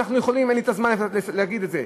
אין לי זמן להגיד את זה,